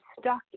stuck